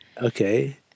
Okay